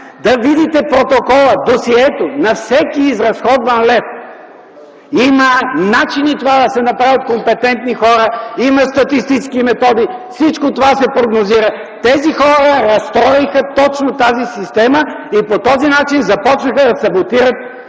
да видите протокола, досието на всеки изразходван лев. Има начини това да се направи от компетентни хора, има статистически методи, всичко това се прогнозира. Тези хора разстроиха точно тази система и по този начин започнаха да саботират